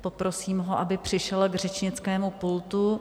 Poprosím ho, aby přišel k řečnickému pultu.